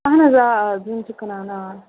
اَہن حظ آ آ زیُن چھِ کٕنان آ